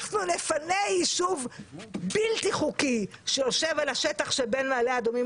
אנחנו נפנה ישוב בלתי חוקי שיושב על השטח שבין מעלה אדומים